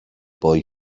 boy